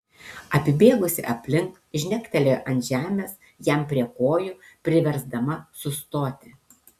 apibėgusi aplink žnektelėjo ant žemės jam prie kojų priversdama sustoti